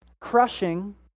crushing